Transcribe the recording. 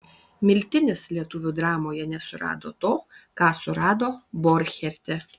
miltinis lietuvių dramoje nesurado to ką surado borcherte